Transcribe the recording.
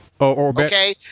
Okay